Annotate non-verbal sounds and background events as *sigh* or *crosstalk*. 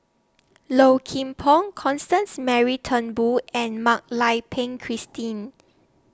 *noise* Low Kim Pong Constance Mary Turnbull and Mak Lai Peng Christine